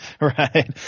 Right